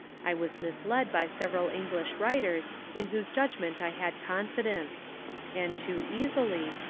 i was misled by several english writers in whose judgment i had confidence and too easily,